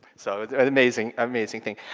so, amazing, amazing thing.